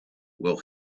will